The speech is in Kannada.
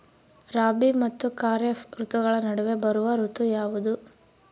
ರಾಬಿ ಮತ್ತು ಖಾರೇಫ್ ಋತುಗಳ ನಡುವೆ ಬರುವ ಋತು ಯಾವುದು?